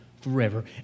forever